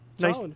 Nice